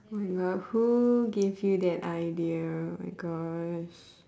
oh my god who give you that idea my gosh